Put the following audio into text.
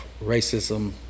racism